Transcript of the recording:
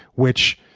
which,